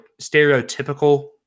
stereotypical